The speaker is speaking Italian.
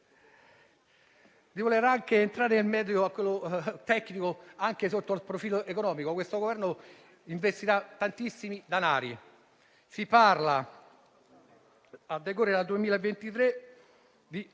Vorrei poi entrare nel merito tecnico anche sotto il profilo economico. Questo Governo investirà tantissimi denari: si parla, a decorrere dal 2023, di